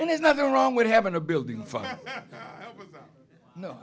and there's nothing wrong with having a building